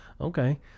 okay